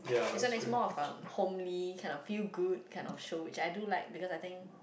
this one is more of um homely kind of feel good kind of show which I do like because I think